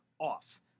off